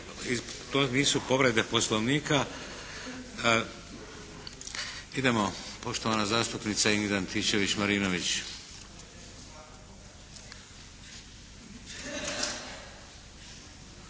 to nisu povrede Poslovnika. Idemo, poštovana zastupnica Ingrid Antičević Marinović.